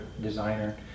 designer